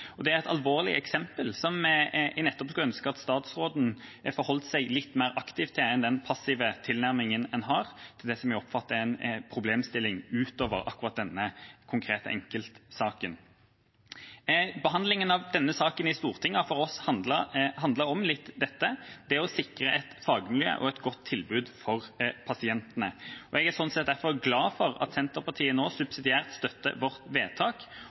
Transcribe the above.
Det er et alvorlig eksempel, som jeg skulle ønske at statsråden forholdt seg litt mer aktivt til enn den passive tilnærmingen en har til det som jeg oppfatter er en problemstilling utover akkurat denne konkrete enkeltsaken. Behandlingen av denne saken i Stortinget har for oss handlet om dette, det å sikre et fagmiljø og et godt tilbud for pasientene. Jeg er slik sett derfor glad for at Senterpartiet nå subsidiært støtter vårt vedtak,